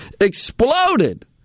exploded